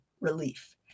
relief